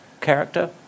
character